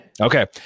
Okay